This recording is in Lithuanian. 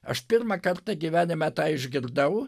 aš pirmą kartą gyvenime tą išgirdau